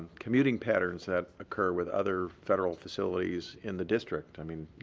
commuting patterns that occur with other federal facilities in the district. i mean,